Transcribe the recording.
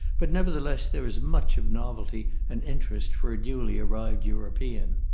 but nevertheless there is much of novelty and interest for a newly arrived european.